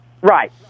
Right